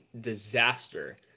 disaster